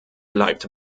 bleibt